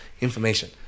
information